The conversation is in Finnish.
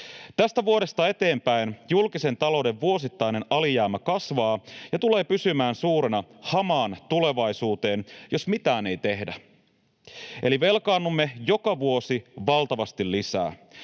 Tästä vuodesta eteenpäin julkisen talouden vuosittainen alijäämä kasvaa ja tulee pysymään suurena hamaan tulevaisuuteen, jos mitään ei tehdä. Eli velkaannumme joka vuosi valtavasti lisää.